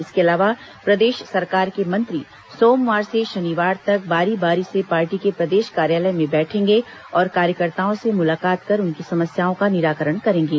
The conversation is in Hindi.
इसके अलावा प्रदेश सरकार के मंत्री सोमवार से शनिवार तक बारी बारी से पार्टी के प्रदेश कार्यालय में बैठेंगे और कार्यकर्ताओं से मुलाकात कर उनकी समस्याओं का निराकरण करेंगे